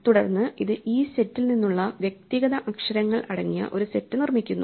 തുടർന്ന് ഇത് ഈ സെറ്റിൽ നിന്നുള്ള വ്യക്തിഗത അക്ഷരങ്ങൾ അടങ്ങിയ ഒരു സെറ്റ് നിർമ്മിക്കുന്നു